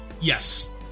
Yes